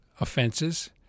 offenses